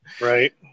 Right